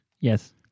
Yes